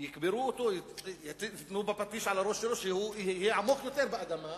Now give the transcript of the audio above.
יכו בפטיש על הראש שלו שהוא יהיה עמוק יותר באדמה,